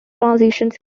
transitions